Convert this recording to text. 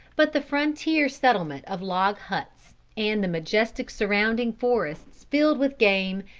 but the frontier settlement of log huts, and the majestic surrounding forests filled with game,